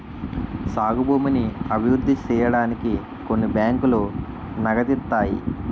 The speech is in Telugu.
సాగు భూమిని అభివృద్ధి సేయడానికి కొన్ని బ్యాంకులు నగదిత్తాయి